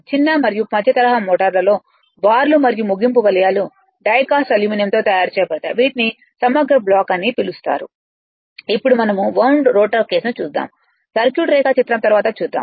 చిన్న మరియు మధ్య తరహా మోటారులలో బార్లు మరియు ముగింపు వలయాలు డై కాస్ట్ అల్యూమినియంతో తయారు చేయబడతాయి వీటిని సమగ్ర బ్లాక్ అని పిలుస్తారు ఇప్పుడు మనము వవుండ్ రోటర్ కేసుని చూద్దాము సర్క్యూట్ రేఖాచిత్రం తరువాత చూద్దాము